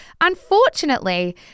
Unfortunately